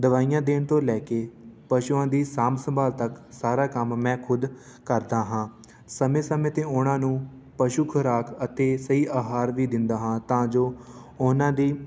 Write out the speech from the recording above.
ਦਵਾਈਆਂ ਦੇਣ ਤੋਂ ਲੈ ਕੇ ਪਸ਼ੂਆਂ ਦੀ ਸਾਂਭ ਸੰਭਾਲ ਤੱਕ ਸਾਰਾ ਕੰਮ ਮੈਂ ਖੁਦ ਕਰਦਾ ਹਾਂ ਸਮੇਂ ਸਮੇਂ 'ਤੇ ਉਹਨਾਂ ਨੂੰ ਪਸ਼ੂ ਖੁਰਾਕ ਅਤੇ ਸਹੀ ਅਹਾਰ ਵੀ ਦਿੰਦਾ ਹਾਂ ਤਾਂ ਜੋ ਉਹਨਾਂ ਦੀ